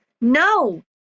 No